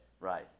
Right